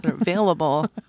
available